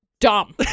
dumb